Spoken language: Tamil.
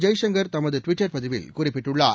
ஜெய்சங்கர் தமது ட்விட்டர் பதிவில் குறிப்பிட்டுள்ளார்